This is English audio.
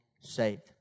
saved